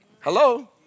Hello